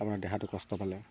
আপোনাৰ দেহাটো কষ্ট পালে